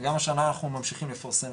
גם השנה אנחנו ממשיכים לפרסם,